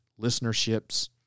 listenerships